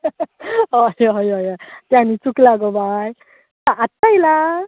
हय हय हय हय तें आनी चुकलां गो बाय आत्तां येयलां